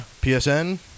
PSN